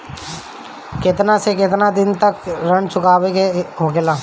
केतना से केतना दिन तक ऋण चुकावे के होखेला?